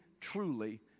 truly